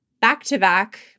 back-to-back